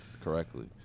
correctly